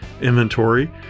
inventory